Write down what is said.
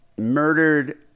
murdered